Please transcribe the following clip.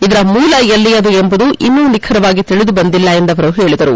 ಇದರ ಮೂಲ ಎಲ್ಲಿಯದು ಎಂಬುದು ಇನ್ನೂ ನಿಖರವಾಗಿ ತಿಳಿದು ಬಂದಿಲ್ಲ ಎಂದು ಅವರು ಹೇಳಿದರು